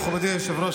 מכובדי היושב-ראש,